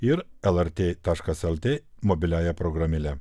ir lrt taškas lt mobiliąja programėle